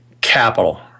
Capital